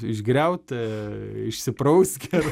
išgriaut e išsiprausk ir